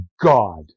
God